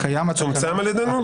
זה צומצם על ידינו?